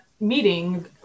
meeting